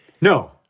No